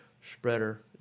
spreader